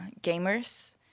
gamers